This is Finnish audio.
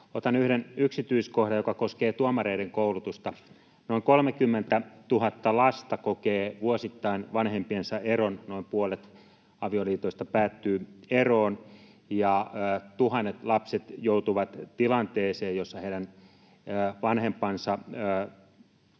Otan yhden yksityiskohdan, joka koskee tuomareiden koulutusta. Noin 30 000 lasta kokee vuosittain vanhempiensa eron, noin puolet avioliitoista päättyy eroon. Tuhannet lapset joutuvat tilanteeseen, jossa heidän vanhempansa menevät